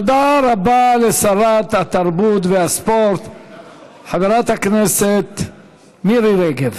תודה רבה לשרת התרבות והספורט חברת הכנסת מירי רגב.